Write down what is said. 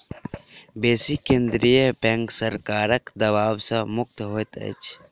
बेसी केंद्रीय बैंक सरकारक दबाव सॅ मुक्त होइत अछि